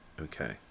okay